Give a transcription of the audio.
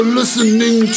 listening